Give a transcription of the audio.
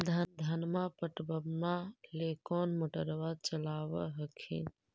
धनमा पटबनमा ले कौन मोटरबा चलाबा हखिन?